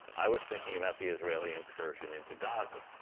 i was thinking about the israeli incursion into gaza,